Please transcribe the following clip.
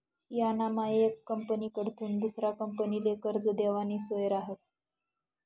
यानामा येक कंपनीकडथून दुसरा कंपनीले कर्ज देवानी सोय रहास